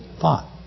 thought